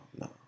no